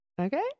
Okay